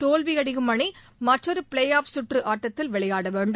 தோல்வியடையும் அணி மற்றொரு ப்ளே ஆஃப் சுற்று ஆட்டத்தில் விளையாட வேண்டும்